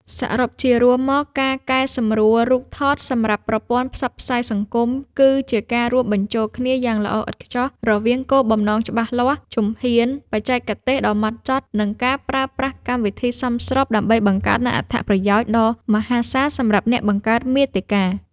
សរុបជារួមមក ការកែសម្រួលរូបថតសម្រាប់ប្រព័ន្ធផ្សព្វផ្សាយសង្គម គឺជាការរួមបញ្ចូលគ្នាយ៉ាងល្អឥតខ្ចោះរវាង គោលបំណងច្បាស់លាស់ ជំហ៊ាន បច្ចេកទេសដ៏ម៉ត់ចត់ និងការប្រើប្រាស់កម្មវិធីសមស្រប ដើម្បីបង្កើតនូវអត្ថប្រយោជន៍ ដ៏មហាសាលសម្រាប់អ្នកបង្កើតមាតិកា។